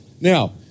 Now